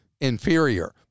inferior